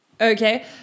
Okay